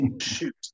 shoot